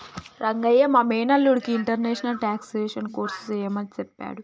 రంగయ్య మా మేనల్లుడికి international taxation course సెయ్యమని సెప్పాడు